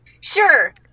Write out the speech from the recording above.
Sure